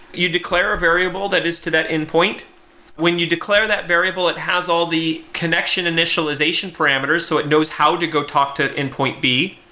you declare a variable that is to that endpoint when you declare that variable, it has all the connection initialization parameters so it knows how to go talk to endpoint b,